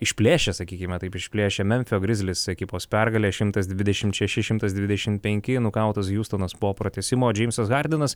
išplėšė sakykime taip išplėšė memfio grizzlies ekipos pergalę šimtas dvidešimt šeši šimtas dvidešim penki nukautas hiustonas po pratęsimo džeimsas hardenas